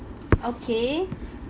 okay